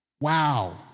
Wow